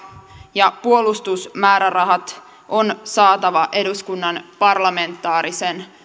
ja puolustusmäärärahat on saatava eduskunnan parlamentaarisen